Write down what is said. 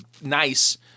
nice